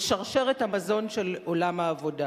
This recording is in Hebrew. שרשרת המזון של עולם העבודה.